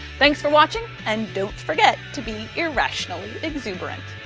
thanks for watching and don't forget to be irrationally exuberant.